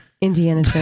Indiana